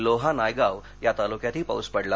लोहा नायगाव या तालुक्यातही पाऊस पडला